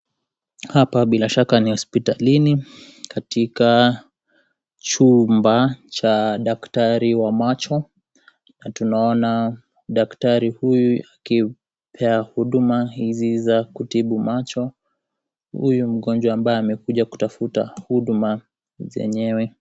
Hapa bilashaka ni hospitalini katika chumba cha daktari wa macho na tunaona daktari huyu akipea huduma hizi za kutibu macho huyu mgonjwa ambaye amekuja kutafuta huduma zenyewe.